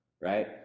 Right